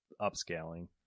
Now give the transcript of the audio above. upscaling